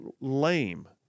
lame